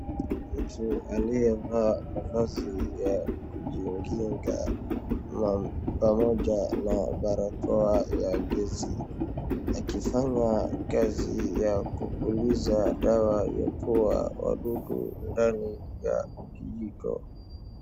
Mtu aliyevalia mavazi ya kujikinga pamoja na barakoa ya gesi, akifanya kazi ya kupuliza dawa ya kuua wadudu ndani ya kijiko.